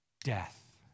Death